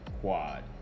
quad